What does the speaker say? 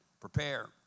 prepare